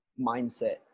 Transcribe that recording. mindset